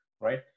right